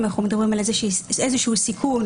אנחנו מדברים על איזשהו סיכון,